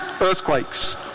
earthquakes